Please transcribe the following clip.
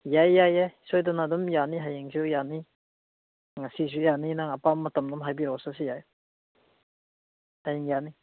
ꯌꯥꯏ ꯌꯥꯏ ꯌꯥꯏ ꯁꯣꯏꯗꯅ ꯑꯗꯨꯝ ꯌꯥꯅꯤ ꯍꯌꯦꯡꯁꯨ ꯌꯥꯅꯤ ꯉꯁꯤꯁꯨ ꯌꯥꯅꯤ ꯅꯪ ꯑꯄꯥꯝꯕ ꯃꯇꯝ ꯑꯗꯨꯝ ꯍꯥꯏꯕꯤꯔꯛꯑꯣ ꯆꯠꯁꯤ ꯌꯥꯏ ꯍꯌꯦꯡ ꯌꯥꯅꯤ